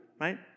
right